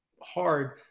hard